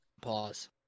Pause